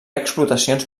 explotacions